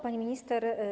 Pani Minister!